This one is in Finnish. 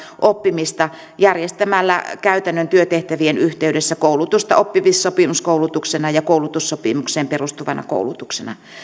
oppimista koulutusta järjestetään käytännön työtehtävien yhteydessä oppisopimuskoulutuksena ja koulutussopimukseen perustuvana koulutuksena